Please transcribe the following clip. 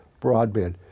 broadband